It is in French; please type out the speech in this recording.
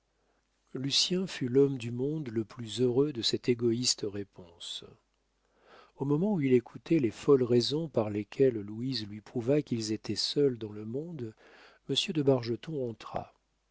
lucien fut l'homme du monde le plus heureux de cette égoïste réponse au moment où il écoutait les folles raisons par lesquelles louise lui prouva qu'ils étaient seuls dans le monde monsieur de bargeton entra